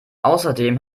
außerdem